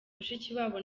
mushikiwabo